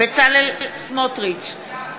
בצלאל סמוטריץ,